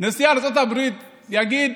נשיא ארצות הברית יגיד: